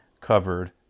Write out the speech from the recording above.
covered